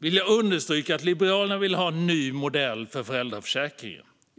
vill jag understryka att Liberalerna vill ha en ny modell för föräldraförsäkringen.